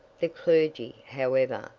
the clergy, however,